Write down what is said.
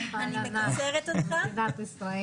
נעבור לבעיות, יש לנו